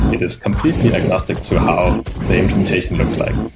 it is completely agnostic to how the implementation looks like.